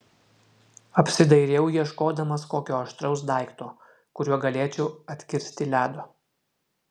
apsidairiau ieškodamas kokio aštraus daikto kuriuo galėčiau atkirsti ledo